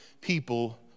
people